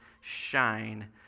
shine